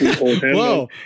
whoa